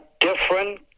different